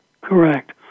Correct